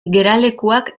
geralekuak